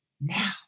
now